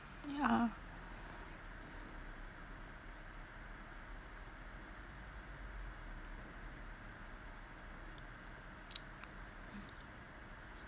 yeah